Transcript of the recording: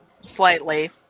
Slightly